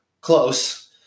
close